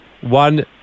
One